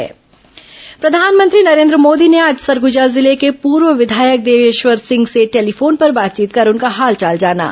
प्रधानमंत्री बातचीत प्रधानमंत्री नरेन्द्र मोदी ने आज सरगुजा जिले के पूर्व विधायक देवेश्वर सिंह से टेलीफोन पर बातचीत कर उनका हालचाल जाना